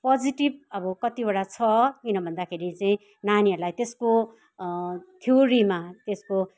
positive अब कतिवटा छ किन भन्दाखेरि चाहिँ नानीहरूलाई त्यसको थ्योरीमा त्यसको